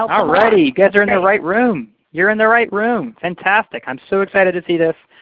lot! alrighty! you guys are in the right room! you're in the right room! fantastic! i'm so excited to see this.